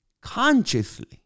consciously